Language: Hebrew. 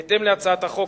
בהתאם להצעת החוק,